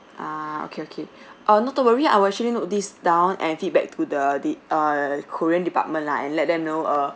ah okay okay uh not to worry I will actually note this down and feedback to the the err korean department lah and let them know uh